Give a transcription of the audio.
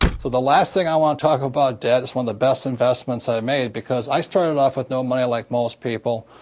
so the last thing i want to talk about, debt, is one of the best investments i've made because i started off with no money, like most people.